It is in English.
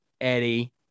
Eddie